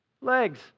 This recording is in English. Legs